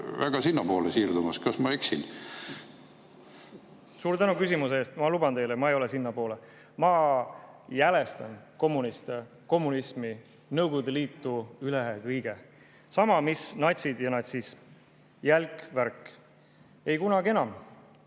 väga sinnapoole siirdumas. Kas ma eksin? Suur tänu küsimuse eest! Ma luban teile, et ma ei ole sinnapoole. Ma jälestan kommuniste, kommunismi, Nõukogude Liitu üle kõige. Sama, mis natsid ja natsism. Jälk värk! Ei kunagi enam. Kui